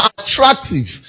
attractive